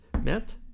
met